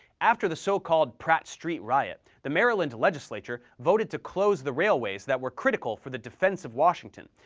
after the so-called pratt street riot, the maryland legislature voted to close the railways that were critical for the defense of washington,